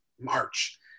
March